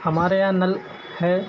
ہمارے یہاں نل ہے